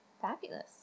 Fabulous